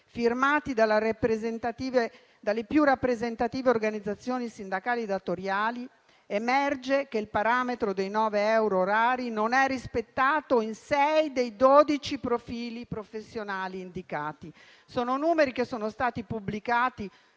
firmati dalle più rappresentative organizzazioni sindacali e datoriali, emerge che il parametro dei 9 euro orari non è rispettato in sei dei dodici profili professionali indicati. Sono numeri che sono stati pubblicati